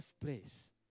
place